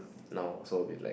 now also a bit like